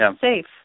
safe